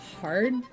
hard